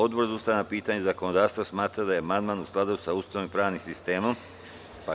Odbor za ustavna pitanja i zakonodavstvo smatra da je amandman u skladu sa Ustavom i pravnim sistemom Republike Srbije.